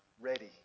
ready